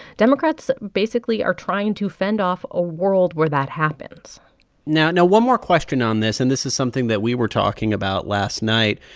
democrats basically are trying to fend off a world where that happens now, one more question on this, and this is something that we were talking about last night.